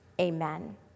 Amen